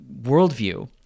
worldview